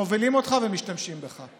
מובילים אותך ומשתמשים בך.